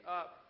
up